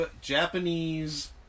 japanese